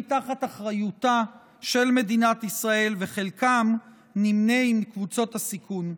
באחריותה של מדינת ישראל וחלקם נמנים עם קבוצות הסיכון.